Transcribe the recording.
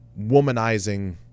womanizing